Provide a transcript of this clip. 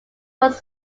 was